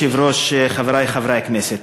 אדוני היושב-ראש, חברי חברי הכנסת,